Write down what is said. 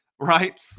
right